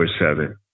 seven